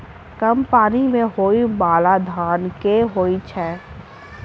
कम पानि मे होइ बाला धान केँ होइ छैय?